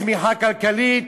אין צמיחה כלכלית,